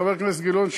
חבר הכנסת גילאון,